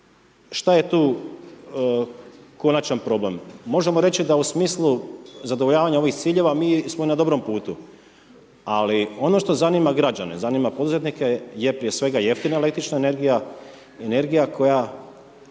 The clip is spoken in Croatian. šta je tu konačan problem, možemo reći da u smislu zadovoljavanja ovih ciljeva mi smo na dobrom putu, ali ono što zanima građane, zanima poduzetnike je prije svega jeftina električna energija, energija koja